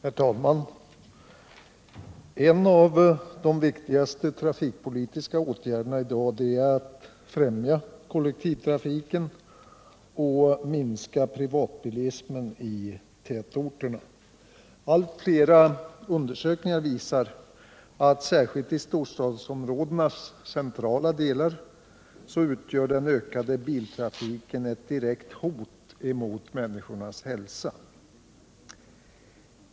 Herr talman! En av de viktigaste trafikpolitiska åtgärderna i dag är att främja kollektivtrafiken och minska privatbilismen i tätorterna. Allt flera undersökningar visar att den ökade biltrafiken särskilt i storstadsområdenas centrala delar utgör ett direkt hot mot människornas hälsa.